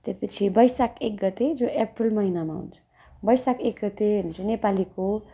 त्योपछि बैसाख एक गते जो अप्रेल महिनामा हुन्छ बैसाख एक गते हुन्छ नेपालीको